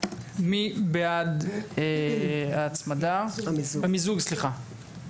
מי בעד מיזוג של הצעות החוק?